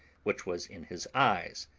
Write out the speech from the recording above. which was in his eyes,